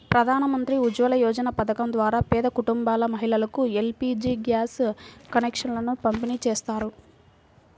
ప్రధాన్ మంత్రి ఉజ్వల యోజన పథకం ద్వారా పేద కుటుంబాల మహిళలకు ఎల్.పీ.జీ గ్యాస్ కనెక్షన్లను పంపిణీ చేస్తారు